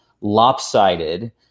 lopsided